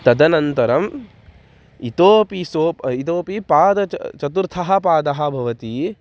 तदनन्तरम् इतोऽपि सोप् इतोपि पादः चतुर्थः पादः भवति